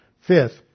Fifth